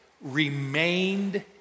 remained